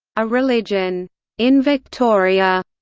a religion in victoria.